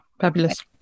Fabulous